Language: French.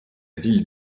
ville